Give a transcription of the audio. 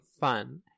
fun –